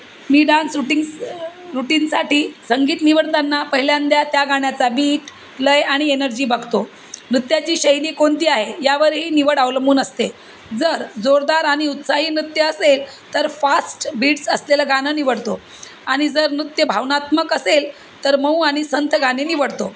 मी dance routines रुटीनसाठी संगीत निवडताना पहिल्यांदा त्या गाण्याचा बीट लय आणि एनर्जी बघतो नृत्याची शैली कोणती आहे यावरही निवड अवलंबून असते जर जोरदार आणि उत्साही नृत्य असेल तर फास्ट बीट्स असलेलं गाणं निवडतो आणि जर नृत्य भावनात्मक असेल तर मऊ आणि संथ गाणे निवडतो